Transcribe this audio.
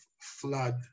flood